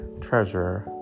treasure